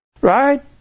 Right